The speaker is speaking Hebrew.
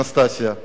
אנסטסיה?